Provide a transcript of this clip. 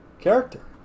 character